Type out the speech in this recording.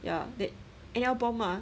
ya that in album mah